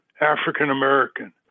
African-American